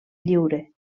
lliure